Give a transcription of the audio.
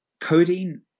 Codeine